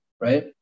right